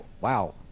wow